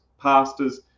pastors